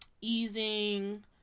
easing